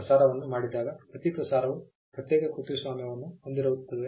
ಪ್ರಸಾರವನ್ನು ಮಾಡಿದಾಗ ಪ್ರತಿ ಪ್ರಸಾರವು ಪ್ರತ್ಯೇಕ ಕೃತಿಸ್ವಾಮ್ಯವನ್ನು ಹೊಂದಿರುತ್ತದೆ